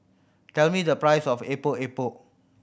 tell me the price of Epok Epok